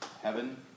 Heaven